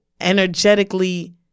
energetically